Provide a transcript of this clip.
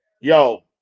yo